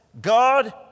God